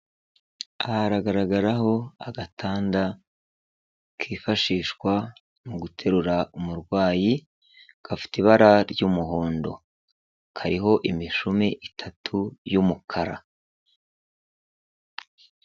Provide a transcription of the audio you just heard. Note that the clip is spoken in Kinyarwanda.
Aha haragaragaraho agatanda kifashishwa mu guterura umurwayi, gafite ibara ry'umuhondo, kariho imishumi itatu y'umukara.